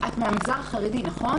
את מהמגזר החרדי, נכון?